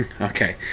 Okay